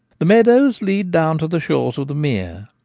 the meadows lead down to the shores of the mere,